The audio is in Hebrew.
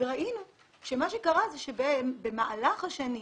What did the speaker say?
וראינו שבמהלך השנים,